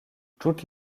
toutes